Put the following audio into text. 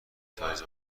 سایز